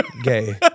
Gay